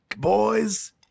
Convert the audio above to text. Boys